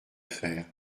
faire